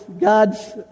God's